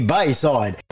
Bayside